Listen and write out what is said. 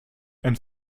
and